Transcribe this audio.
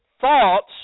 thoughts